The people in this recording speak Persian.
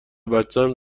بچم